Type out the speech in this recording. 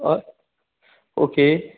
हय ओके